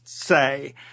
say